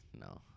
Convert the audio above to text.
No